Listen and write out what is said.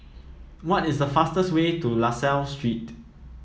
what is the fastest way to La Salle Street